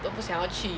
我不想要去